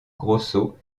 grosso